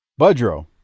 Budro